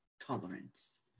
tolerance